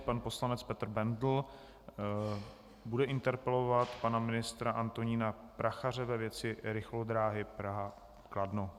Pan poslanec Petr Bendl bude interpelovat pana ministra Antonína Prachaře ve věci rychlodráhy PrahaKladno.